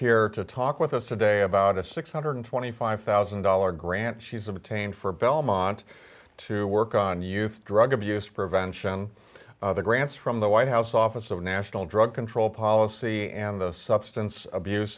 here to talk with us today about a six hundred and twenty five thousand dollars grant she's of attained for belmont to work on youth drug abuse prevention the grants from the white house office of national drug control policy and the substance abuse